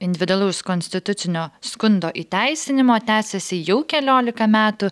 individualaus konstitucinio skundo įteisinimo tęsiasi jau keliolika metų